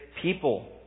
people